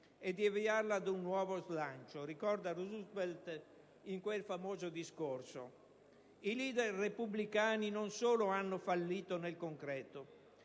ed avviarla ad un nuovo slancio. Ricordava Roosevelt in quel famoso discorso: «I leader repubblicani non solo hanno fallito nel concreto,